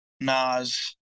Nas